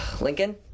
Lincoln